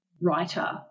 writer